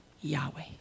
Yahweh